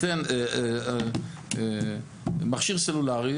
מכשיר סלולרי,